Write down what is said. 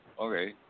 Okay